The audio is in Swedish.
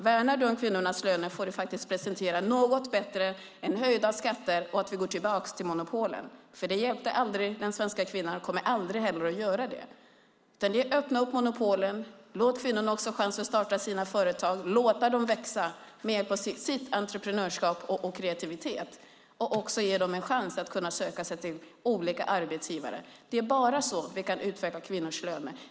Värnar du om kvinnors löner får du faktiskt presentera något bättre än höjda skatter och en tillbakagång till monopolen. Det hjälpte aldrig den svenska kvinnan och kommer aldrig att göra det. Genom att öppna monopolen, låta kvinnor få chansen att starta företag och låta dem växa med hjälp av sitt entreprenörskap och sin kreativitet och genom att ge dem en chans att söka sig till olika arbetsgivare kan vi utveckla kvinnors löner.